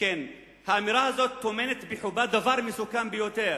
האמירה הזאת טומנת בחובה דבר מסוכן ביותר.